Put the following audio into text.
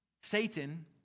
Satan